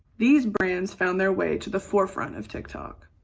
these brands found their way to the forefront of tik tok.